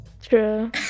True